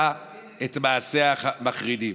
שביצעה את מעשיה המחרידים.